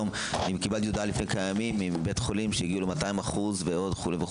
קיבלתי הודעה לפני כמה ימים מבית חולים שהגיעו ל-200% וכו'.